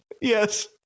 Yes